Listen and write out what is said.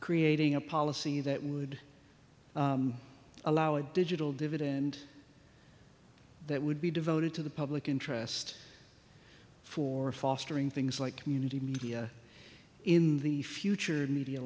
creating a policy that would allow a digital dividend that would be devoted to the public interest for fostering things like community media in the future media